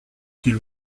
qu’il